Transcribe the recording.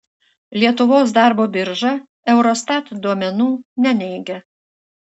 lietuvos darbo birža eurostat duomenų neneigia